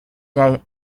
day